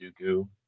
dooku